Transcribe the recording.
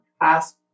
Ask